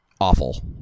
awful